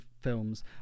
films